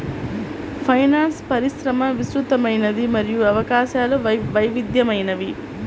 finance పరిశ్రమ విస్తృతమైనది మరియు అవకాశాలు వైవిధ్యమైనవి